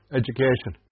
education